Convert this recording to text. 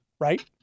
right